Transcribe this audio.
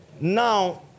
Now